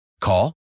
Call